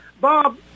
Bob